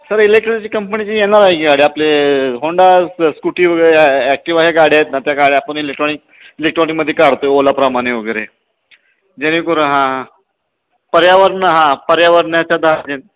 sir इलेक्ट्रीकची कंपनीची येणार आहे की गाडी आपले होंडा स स्कूटी वगैरे आ ॲक्टिवा ह्या गाड्या आहेत ना त्या गाड्या आपण इलेक्ट्रॉनिक इलेक्ट्रॉनिकमध्ये काढतो आहे ओला प्रमाणे वगैरे जेणेकरून हां पर्यावरण हां पर्यावरणाच्या दाह जे